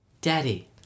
daddy